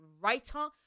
writer